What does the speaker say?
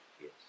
Yes